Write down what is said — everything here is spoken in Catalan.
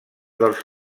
dels